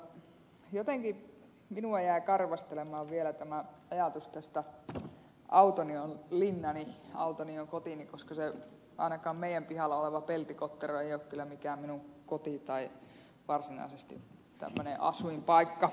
jotenkin minua jäi karvastelemaan vielä tämä ajatus tästä että autoni on linnani autoni on kotini koska ainakaan se meidän pihalla oleva peltikottero ei ole kyllä mikään minun kotini tai asuinpaikkani toivottavasti ainakaan